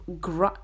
gr